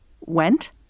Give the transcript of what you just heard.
went